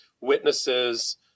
witnesses